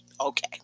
Okay